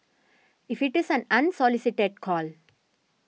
if it is an unsolicited call